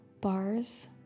bars